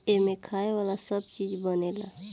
एमें खाए वाला सब चीज बनेला